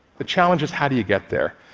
the challenge is, how do you get there?